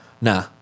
Nah